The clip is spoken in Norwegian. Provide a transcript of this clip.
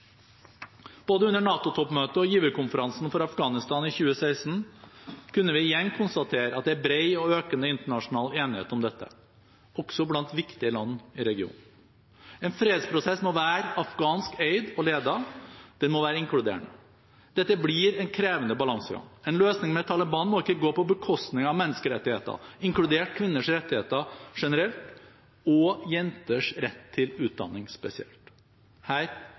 Både under NATO-toppmøtet og giverkonferansen for Afghanistan i 2016 kunne vi igjen konstatere at det er bred – og økende – internasjonal enighet om dette, også blant viktige land i regionen. En fredsprosess må være afghansk eid og ledet. Den må være inkluderende. Dette blir en krevende balansegang. En løsning med Taliban må ikke gå på bekostning av menneskerettighetene, inkludert kvinners rettigheter generelt og jenters rett til utdanning spesielt. Her